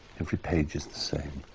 every page is the same.